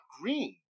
green